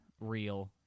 real